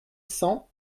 cents